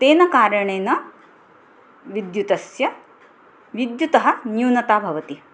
तेन कारणेन विद्युतस्य विद्युतः न्यूनता भवति